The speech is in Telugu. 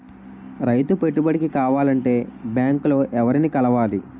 రైతు పెట్టుబడికి కావాలంటే బ్యాంక్ లో ఎవరిని కలవాలి?